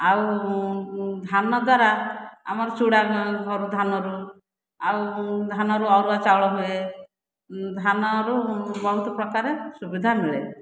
ଆଉ ଧାନ ଦ୍ୱାରା ଆମର ଚୁଡ଼ା କରୁ ଧାନରୁ ଆଉ ଧାନରୁ ଅରୁଆ ଚାଉଳ ହୁଏ ଧାନରୁ ବହୁତ ପ୍ରକାର ସୁବିଧା ମିଳେ